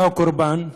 אתה קורבן,